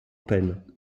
penn